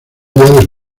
del